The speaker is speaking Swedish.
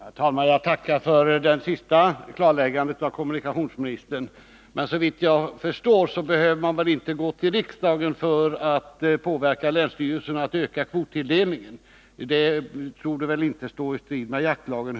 Herr talman! Jag tackar för det senaste klarläggandet av kommunikationsministern. Såvitt jag förstår behöver man inte gå till riksdagen för att påverka länsstyrelserna att öka kvottilldelningen. En sådan ökning torde inte stå i strid med jaktlagen.